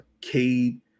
Cade